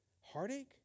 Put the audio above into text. Heartache